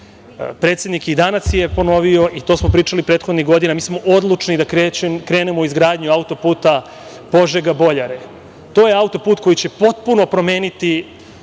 je i danas ponovio, i to smo pričali prethodnih godina, mi smo odlučni da krenemo u izgradnju autoputa Požega-Boljare. To je autoput koji će potpuno promeniti